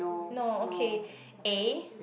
no okay A